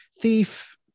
Thief